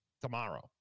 Tomorrow